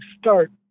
start